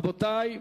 רבותי,